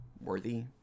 worthy